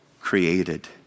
Created